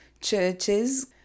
churches